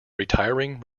retiring